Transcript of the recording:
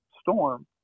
storm